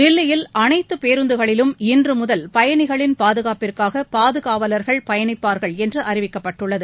தில்லியில் அனைத்து பேருந்துகளிலும் இன்று முதல் பயணிகளின் பாதுகாப்புக்காக பாதுகாவலர்கள் பயணிப்பார்கள் என்று அறிவிக்கப்பட்டுள்ளது